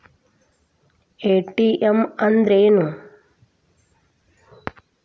ATM ಅಂದ್ರ ಏನು?